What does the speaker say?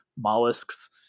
mollusks